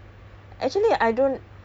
ah